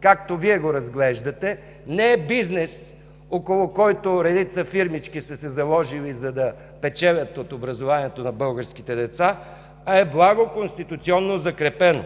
както Вие го разглеждате, не е бизнес, около който редица фирмички са се заложили, за да печелят от образованието на българските деца, а е благо, конституционно закрепено.